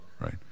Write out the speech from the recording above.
right